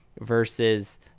versus